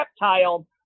reptile